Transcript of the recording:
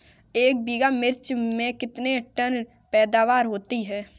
एक बीघा मिर्च में कितने टन पैदावार होती है?